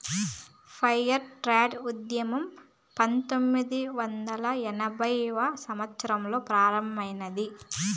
fair trade ఉద్యమం పంతొమ్మిదవ వందల యాభైవ సంవత్సరంలో ప్రారంభమైంది